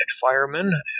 firemen